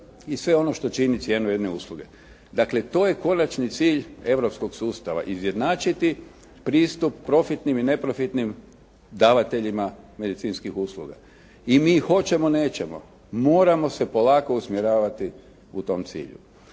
i sve ono što čini cijenu jedne usluge. Dakle, to je konačni cilj europskog sustava, izjednačiti pristup profitnim i neprofitnim davateljima medicinskih usluga. I mi hoćemo, nećemo moramo se polako usmjeravati u tom cilju.